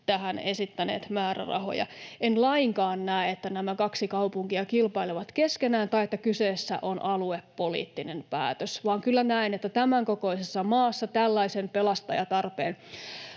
tähän esittäneet määrärahoja. En lainkaan näe, että nämä kaksi kaupunkia kilpailevat keskenään tai että kyseessä on aluepoliittinen päätös, vaan kyllä näen, että tämänkokoisessa maassa tällaisen pelastajatarpeen